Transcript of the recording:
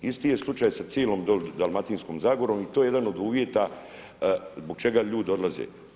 Isti je slučaj sa cijelom dole Dalmatinskom zagorom i to je jedan od uvjeta zbog čega ljudi odlaze.